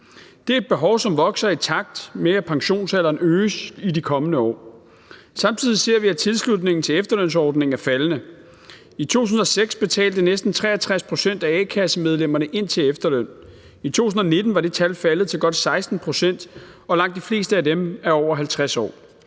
Det er et behov, som vokser, i takt med at pensionsalderen øges i de kommende år. Samtidig ser vi, at tilslutningen til efterlønsordningen er faldende. I 2006 betalte næsten 63 pct. af a-kassemedlemmerne ind til efterløn. I 2019 var det tal faldet til godt 16 pct., og langt de fleste af dem er over 50 år.